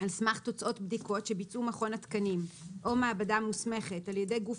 על סמך תוצאות בדיקות שביצעו מכון התקנים או מעבדה מוסמכת על ידי גוף